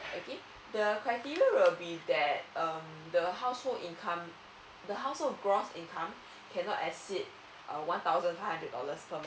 okay the criteria will be that uh the household income the household gross income cannot exceed uh one thousand five hundred dollars per month